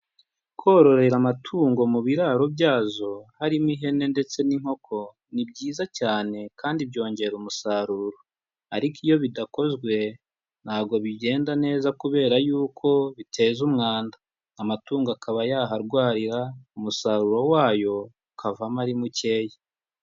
Kororera amatungo mu biraro byazo harimo ihene ndetse n'inkoko, ni byiza cyane kandi byongera umusaruro. Ariko iyo bidakozwe ntabwo bigenda neza kubera yuko biteza umwanda, amatungo akaba yaharwarira, umusaruro wayo ukavamo ari mukeya.